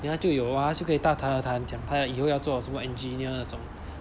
then 他就有啊他就可以大大的谈讲他以后要做什么 engineer 那种